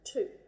Two